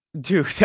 Dude